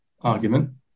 argument